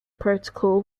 protocol